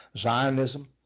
Zionism